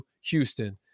Houston